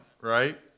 right